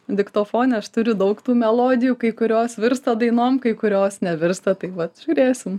diktofone turiu daug tų melodijų kai kurios virsta dainom kai kurios nevirsta taip vat žiūrėsim